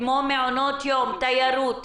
כמו מעונות יום או תיירות,